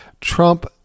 Trump